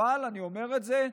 אני אומר את זה,